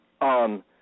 on